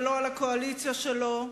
ולא על הקואליציה שלו.